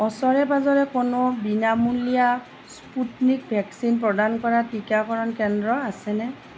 ওচৰে পাঁজৰে কোনো বিনামূলীয়া স্পুটনিক ভেকচিন প্ৰদান কৰা টিকাকৰণ কেন্দ্ৰ আছেনে